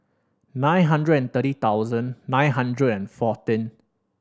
nine hundred and thirty thousand nine hundred and fourteen